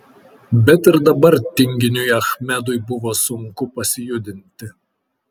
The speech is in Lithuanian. bet ir dabar tinginiui achmedui buvo sunku pasijudinti